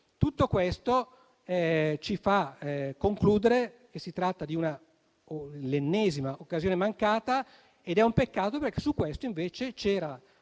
Tutto questo ci fa concludere che si tratta dell'ennesima occasione mancata ed è un peccato, perché su questo invece c'era